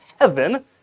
heaven